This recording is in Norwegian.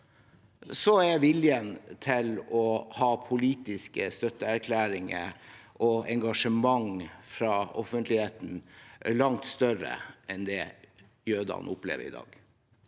er viljen til politiske støtteerklæringer og engasjement fra offentligheten langt større enn det jødene opplever i dag.